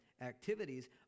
activities